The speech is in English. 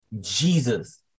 Jesus